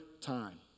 time